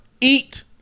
eat